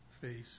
face